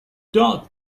dark